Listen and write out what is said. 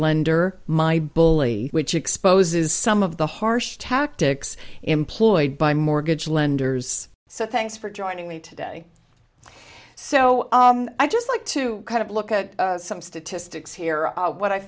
lender my bully which exposes some of the harsh tactics employed by mortgage lenders so thanks for joining me today so i just like to kind of look at some statistics here are what i